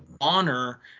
honor